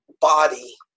body